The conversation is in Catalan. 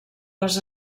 les